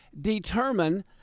determine